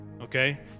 okay